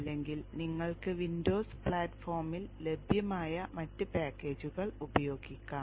അല്ലെങ്കിൽ നിങ്ങൾക്ക് വിൻഡോസ് പ്ലാറ്റ്ഫോമിൽ ലഭ്യമായ മറ്റ് പാക്കേജുകൾ ഉപയോഗിക്കാം